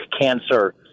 cancer